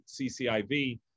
CCIV